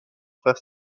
frère